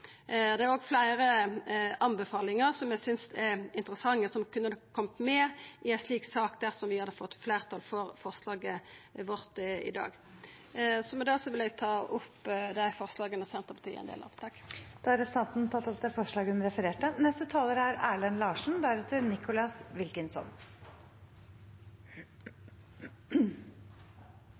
Det er òg fleire tilrådingar eg synest er interessante, og som kunne ha kome med i ei slik sak dersom vi hadde fått fleirtal for forslaget vårt i dag. Med dette vil eg ta opp Senterpartiets forslag. Da har representanten Kjersti Toppe tatt opp det forslaget hun refererte til. Representantforslaget har mye godt i seg og ser ved første øyekast veldig fornuftig ut. Det er